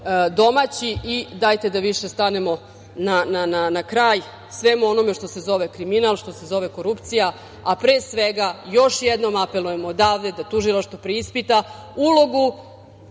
domaći i dajte da više stanemo na kraj svemu onome što se zove kriminal, što se zove korupcija, a pre svega još jednom apelujemo odavde da tužilaštvo preispita ulogu